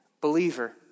believer